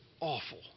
Awful